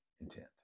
intent